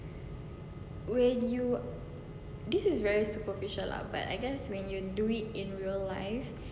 when you this is very superficial lah but I guess when you do it in real life